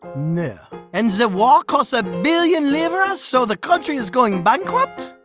no. and the war cost a billion livres so the country is going bankrupt.